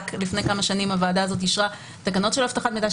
רק לפני כמה שנים הוועדה הזאת אישרה תקנות של אבטחת מידע,